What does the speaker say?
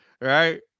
right